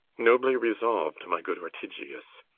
nobly resolv'd, my good ortygius